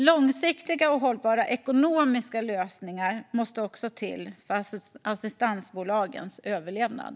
Långsiktiga och hållbara ekonomiska lösningar måste också till för assistansbolagens överlevnad.